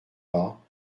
pas